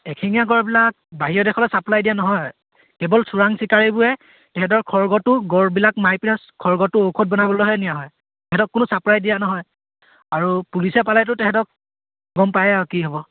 এশিঙীয়া গঁড়বিলাক বাহিৰৰ দেশলৈ চাপ্লাই দিয়া নহয় কেৱল চোৰাং চিকাৰীবোৰে তাহাঁতৰ খৰ্গটো গঁড়বিলাক মাৰি পিনাই খৰ্গটো ঔষধ বনাবলৈহে নিয়া হয় তাহাঁতক কোনো চাপ্লাই দিয়া নহয় আৰু পুলিচে পালেতো তাহাঁতক গম পায়ে আৰু কি হ'ব